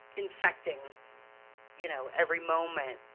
infecting you know every moment